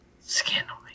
Scandal